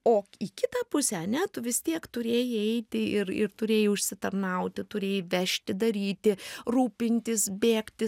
o į kitą pusę ane tu vis tiek turėjai eiti ir ir turėjai užsitarnauti turėjai vežti daryti rūpintis bėgti